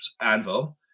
anvil